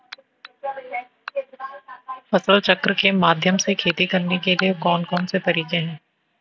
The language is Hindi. फसल चक्र के माध्यम से खेती करने के लिए कौन कौन से तरीके हैं?